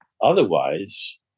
Otherwise